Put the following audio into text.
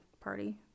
party